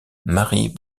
marie